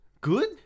good